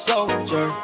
Soldier